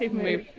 move.